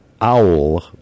Owl